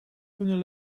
kunnen